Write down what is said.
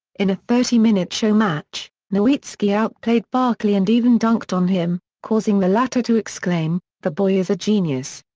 in a thirty minute show match, nowitzki outplayed barkley and even dunked on him, causing the latter to exclaim the boy is a genius.